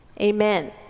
Amen